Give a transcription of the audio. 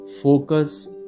Focus